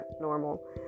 normal